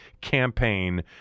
campaign